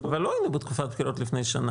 -- אבל לא היינו בתקופת בחירות לפני שנה.